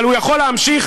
אבל הוא יכול להמשיך,